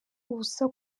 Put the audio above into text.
ubusa